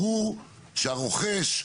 ברור שהרוכש,